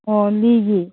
ꯑꯣ ꯂꯤꯒꯤ